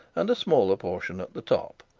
and a smaller portion at the top,